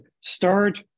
start